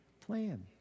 plan